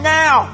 now